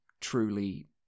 truly